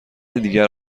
دیگر